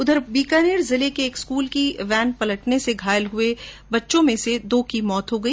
उधर बीकानेर जिले में एक स्कूल की वेन पलटने से घायल हुए बच्चों में से दो की मौत हो गई